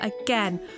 again